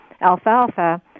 alfalfa